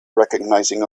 recognizing